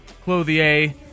clothier